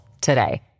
today